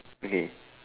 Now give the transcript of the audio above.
okay